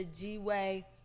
G-Way